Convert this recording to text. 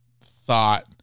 thought